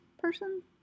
person